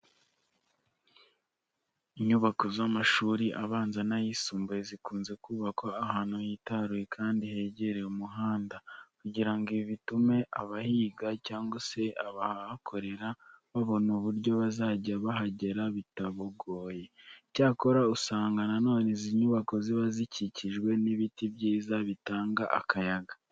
Inyubako z'amashuri abanza n'ayisumbuye zikunze kubakwa ahantu hitaruye kandi hegereye umuhanda kugira ngo ibi bitume abahiga cyangwa se abahakorera babona uburyo bazajya bahagera bitabagoye. Icyakora usanga na none izi nyubako ziba zikikijwe n'ibiti byiza bitanga akayaga.